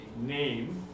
name